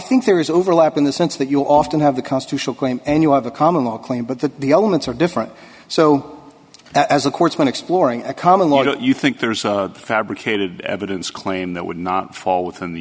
think there is overlap in the sense that you often have the constitutional claim and you have a common law claim but that the elements are different so as of course when exploring a common law that you think there's a fabricated evidence claim that would not fall within the